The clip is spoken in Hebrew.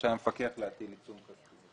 רשאי המפקח להטיל עיצום כספי.